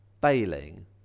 bailing